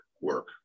work